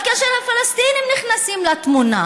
אבל כאשר הפלסטינים נכנסים לתמונה